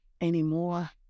anymore